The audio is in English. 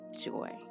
joy